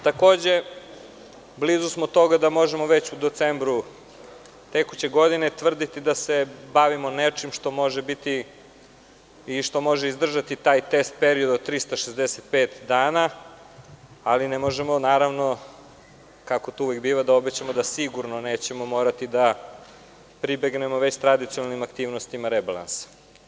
Takođe, blizu smo toga da možemo već u decembru tekuće godine tvrditi da se bavimo nečim što može biti i što može izdržati test perioda od 365 dana, ali ne možemo, naravno, kako to uvek biva, da obećamo da sigurno nećemo morati da pribegnemo već tradicionalnim aktivnostima rebalansa.